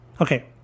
Okay